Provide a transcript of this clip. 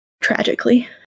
tragically